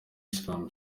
islam